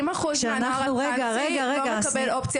כ-70% מהנוער הטרנסי לא מקבל אופציה